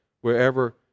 wherever